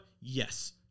Yes